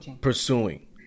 Pursuing